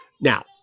Now